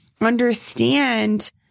understand